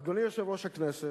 אדוני יושב-ראש הכנסת,